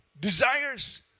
desires